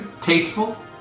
Tasteful